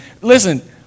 listen